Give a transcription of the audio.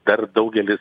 dar daugelis